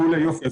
מעולה, יופי.